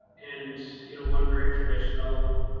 and you know one very traditional,